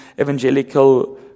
evangelical